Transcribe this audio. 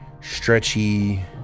stretchy